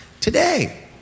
Today